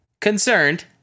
concerned